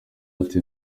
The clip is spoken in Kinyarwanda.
ati